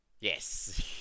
Yes